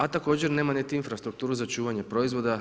A također nema niti infrastrukturu za čuvanje proizvoda.